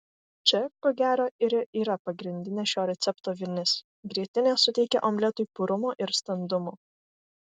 čia ko gero ir yra pagrindinė šito recepto vinis grietinė suteikia omletui purumo ir standumo